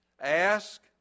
Ask